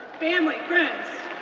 family, friends.